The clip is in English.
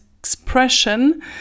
expression